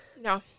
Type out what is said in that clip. no